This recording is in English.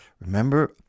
Remember